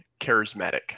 charismatic